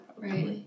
Right